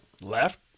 left